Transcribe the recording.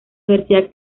universidad